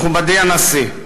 מכובדי הנשיא,